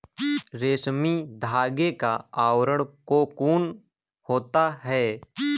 रेशमी धागे का आवरण कोकून होता है